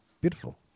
Beautiful